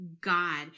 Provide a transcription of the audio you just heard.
God